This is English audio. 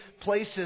places